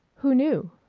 who knew?